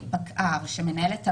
פקע"ר, שמנהל את המלונית.